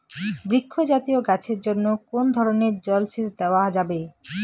বৃক্ষ জাতীয় গাছের জন্য কোন ধরণের জল সেচ দেওয়া যাবে?